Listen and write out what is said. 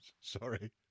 Sorry